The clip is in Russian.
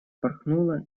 вспорхнула